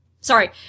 Sorry